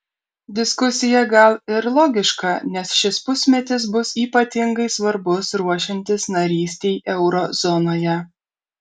diskusija gal ir logiška nes šis pusmetis bus ypatingai svarbus ruošiantis narystei euro zonoje